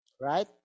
right